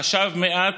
חשב מעט,